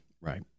right